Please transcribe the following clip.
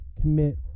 commit